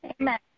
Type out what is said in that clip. amen